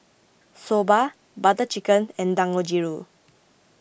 Soba Butter Chicken and Dangojiru